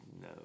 no